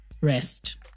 Rest